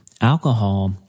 alcohol